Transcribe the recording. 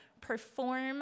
perform